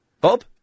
Bob